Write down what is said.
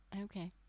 okay